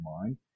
mind